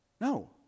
No